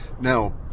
Now